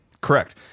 Correct